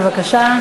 בבקשה.